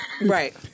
Right